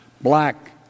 Black